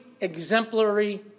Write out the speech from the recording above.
exemplary